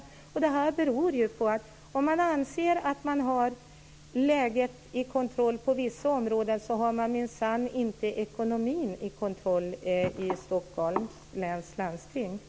Om man anser att man har läget under kontroll på vissa områden, har man minsann inte ekonomin under kontroll i Stockholms läns landsting.